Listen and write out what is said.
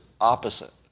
opposite